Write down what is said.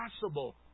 possible